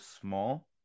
small